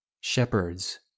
Shepherds